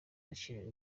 bakinira